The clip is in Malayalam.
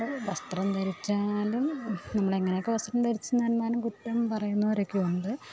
വസ്ത്രം ധരിച്ചാലും നമ്മളെങ്ങനെയൊക്കെ വസ്ത്രം ധരിച്ച് നടന്നാലും കുറ്റം പറയുന്നവരൊക്കെയുണ്ട്